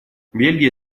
бельгия